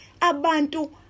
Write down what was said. abantu